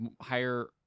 higher